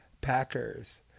Packers